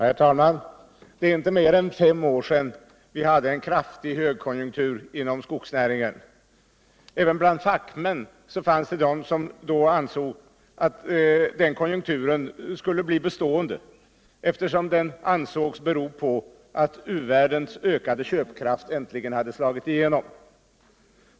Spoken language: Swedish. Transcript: Herr talman! Det är inte mer än fem år sedan vi hade en kraftig högkonjunktur inom skogsnäringen. Även bland fackmänniskor fanns det de som då ansåg att den konjunkturen skulle bli bestående, eftersom den ansågs bero på att u-världens köpkraft äntligen hade slagit igenom.